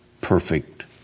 perfect